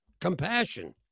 Compassion